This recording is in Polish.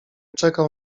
czekał